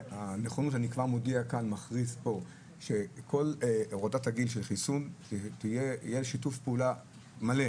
אני כבר מכריז פה שלגבי הורדת גיל החיסון יהיה שיתוף פעולה מלא